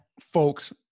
folks